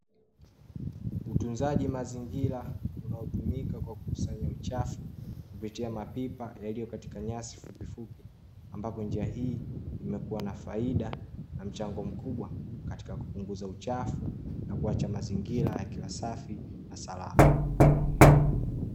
Utunzaji mazingira unaotumika kwa kukusanya uchafu kupitia mapipa yaliyo katika nyasi fupifupi, ambapo njia hii imekua na faida na mchango mkubwa, katika kupunguza uchafu na kuacha mazingira yakiwa safi na salama.